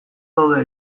daude